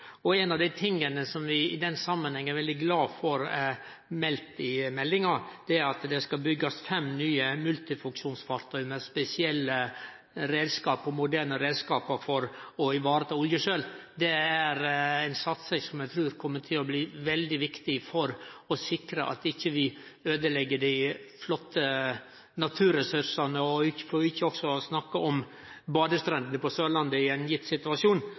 Ein av dei tinga som vi i den samanhengen er veldig glade for at er meldt i meldinga, er at det skal byggjast fem nye multifunksjonsfartøy med spesielle, moderne reiskapar for å ta hand om oljesøl. Det er ei satsing som eg trur kjem til å bli veldig viktig for å sikre at vi ikkje øydelegg dei flotte naturressursane, for ikkje å snakke om badestrendene på Sørlandet i ein gitt situasjon.